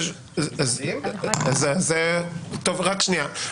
רק שנייה,